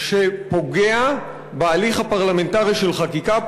שפוגע בהליך הפרלמנטרי של חקיקה,